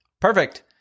Perfect